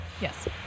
Yes